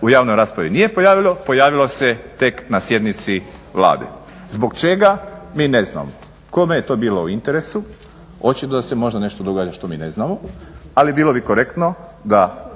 u javnoj raspravi nije pojavilo, pojavilo se tek na sjednici Vlade. Zbog čega? Mi ne znamo. kome je to bilo u interesu? Očito da se nešto događa možda nešto što mi ne znamo, ali bilo bi korektno da